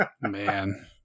Man